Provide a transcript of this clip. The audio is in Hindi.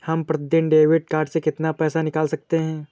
हम प्रतिदिन डेबिट कार्ड से कितना पैसा निकाल सकते हैं?